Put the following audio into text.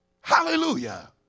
Hallelujah